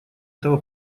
этого